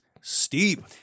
steep